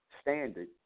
standard